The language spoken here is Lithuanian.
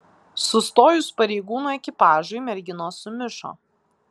sustojus pareigūnų ekipažui merginos sumišo